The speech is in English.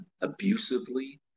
abusively